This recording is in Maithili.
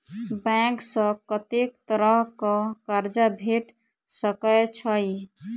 बैंक सऽ कत्तेक तरह कऽ कर्जा भेट सकय छई?